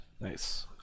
Nice